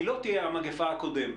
היא לא תהיה המגפה הקודמת.